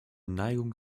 neigung